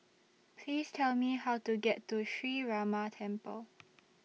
Please Tell Me How to get to Sree Ramar Temple